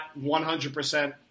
100%